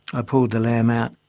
i pulled the lamb out,